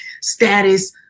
status